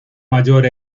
mayor